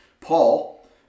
Paul